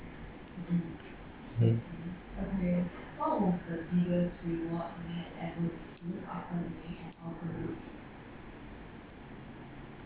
mm